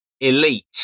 elite